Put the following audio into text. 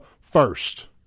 first